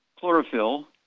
chlorophyll